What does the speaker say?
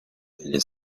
degli